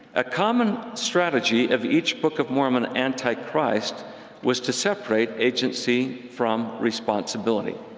a common strategy of each book of mormon anti-christ was to separate agency from responsibility.